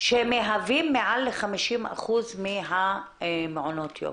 שהם מהווים מעל ל-50% מהמעונות יום?